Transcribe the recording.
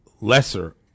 lesser